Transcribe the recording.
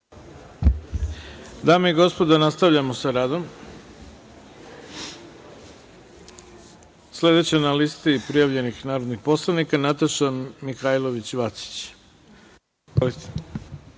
Dame i gospodo, nastavljamo sa radom. Sledeća na listi prijavljenih narodnih poslanika je Nataša Mihailović